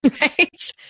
Right